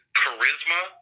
charisma